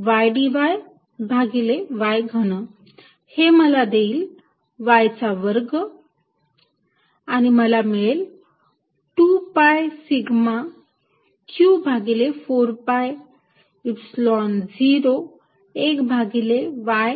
Ydy भागिले y घन हे मला देईल y चा वर्ग आणि मला मिळेल 2 पाय सिग्मा q भागिले 4 pi Epsilon 0 1 भागिले y